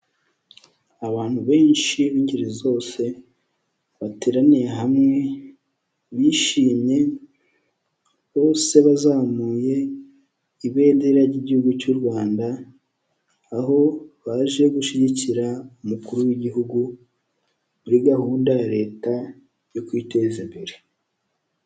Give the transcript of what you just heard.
Abantu benshi b'ingeri zose bateraniye hamwe bishimye bose bazamuye ibendera ry'igihugu cy'u Rwanda, aho baje gushyigikira umukuru w'igihugu muri gahunda ya leta yo kwiteza imbere.